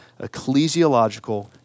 ecclesiological